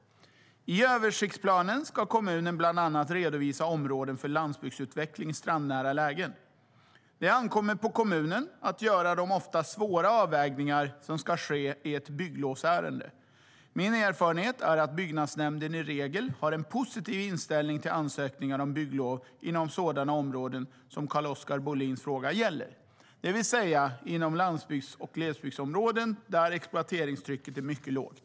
I översiktsplanen ska kommunen bland annat redovisa områden för landsbygdsutveckling i strandnära lägen. Det ankommer på kommunen att göra de ofta svåra avvägningarna i ett bygglovsärende. Min erfarenhet är att byggnadsnämnden i regel har en positiv inställning till ansökningar om bygglov inom sådana områden som Carl-Oskar Bohlins fråga gäller, det vill säga inom landsbygds och glesbygdsområden där exploateringstrycket är mycket lågt.